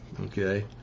okay